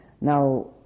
now